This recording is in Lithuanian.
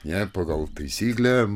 ne pagal taisyklę